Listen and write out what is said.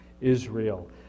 Israel